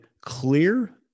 Clear